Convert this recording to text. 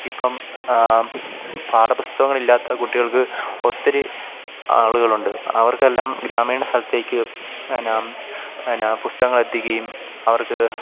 ഇപ്പം പാഠപുസ്തകങ്ങളില്ലാത്ത കുട്ടികൾക്ക് ഒത്തിരി ആളുകളുണ്ട് അവർക്കെല്ലാം ഗ്രാമീണ സ്ഥലത്തേക്ക് എന്നാ എന്നാ പുസ്തകങ്ങളെത്തിക്കുകയും അവർക്ക്